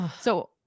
So-